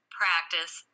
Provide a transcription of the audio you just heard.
practice